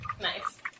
Nice